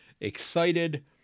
excited